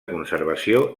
conservació